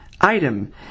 item